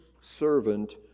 servant